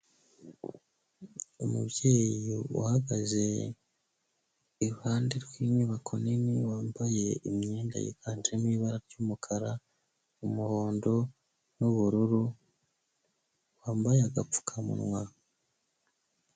Umubyeyi uhagaze iruhande rw'inyubako nini, wambaye imyenda yiganjemo ibara ry'umukara, umuhondo n'ubururu, wambaye agapfukamunwa.